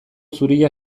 zuria